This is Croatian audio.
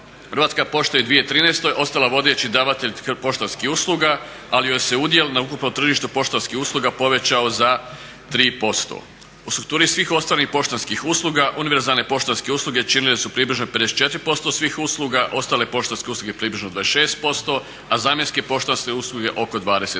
Hrvatska pošta je u 2013.ostala vodeći davatelj poštanskih usluga, ali joj se udjel na ukupnom tržištu poštanskih usluga povećao za 3%. U strukturi svih ostalih poštanskih usluga univerzalne poštanske usluge činile su približno 54% svih usluga, ostale poštanske usluge približno 26%, a zamjenske poštanske usluge oko 20%.